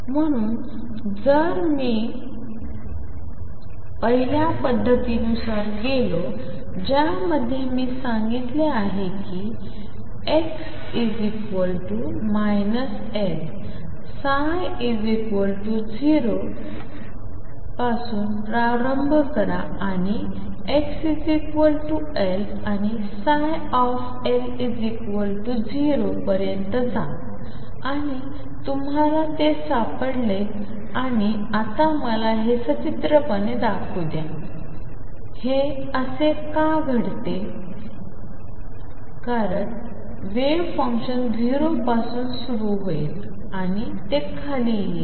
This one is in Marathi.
म्हणून जर मी पहिल्या पद्धतीनुसार गेलो ज्यामध्ये मी सांगितले आहे की x L ψ0 पासून प्रारंभ करा आणि xL आणि L0 पर्यंत जा आणि तुम्हाला ते सापडेल आणि आता मला हे सचित्रपणे दाखवू द्या हे असे घडते की वेव्ह फंक्शन 0 पासून सुरू होईल आणि ते खाली येईल